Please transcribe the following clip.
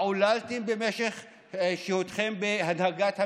מה עוללתם במשך שהותכם בהנהגת המדינה,